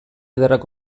ederrak